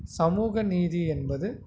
சமூக நீதி என்பது